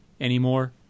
anymore